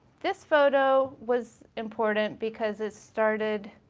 this photo was important because it started